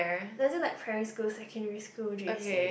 doesn't like primary school secondary school J_C